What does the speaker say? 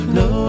no